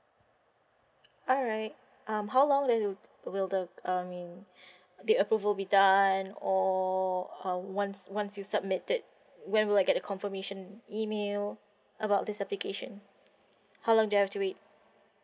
alright um how long then wi~ will the I mean the approval be done or um once once you submitted when will I get the confirmation email about this application how long do I have to wait